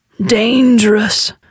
Dangerous